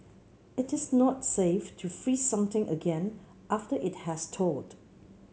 it is not safe to freeze something again after it has thawed